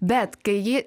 bet kai jį